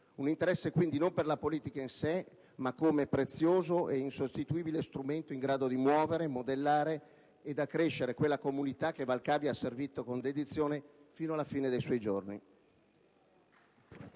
un interesse quindi non per la politica in sé, ma per quel prezioso e insostituibile strumento in grado di muovere, modellare ed accrescere quella comunità che Valcavi ha servito con dedizione fino alla fine dei suoi giorni.